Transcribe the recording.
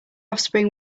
offspring